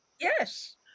Yes